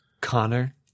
Connor